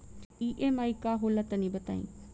EMI का होला तनि बताई?